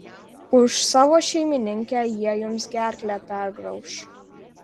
už savo šeimininkę jie jums gerklę pergrauš